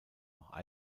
auch